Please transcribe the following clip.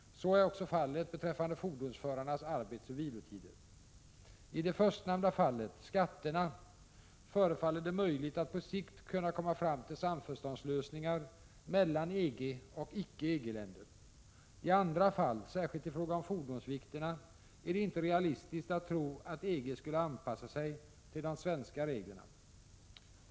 Så är också fallet beträffande fordonsförarnas arbetsoch vilotider. I det förstnämnda fallet — skatterna — förefaller det möjligt att på sikt kunna komma fram till samförståndslösningar mellan EG och icke EG-länder. I andra fall, särskilt i fråga om fordonsvikterna, är det inte realistiskt att tro att EG skulle anpassa sig till de svenska reglerna.